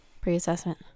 pre-assessment